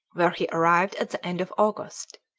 where he arrived at the end of august.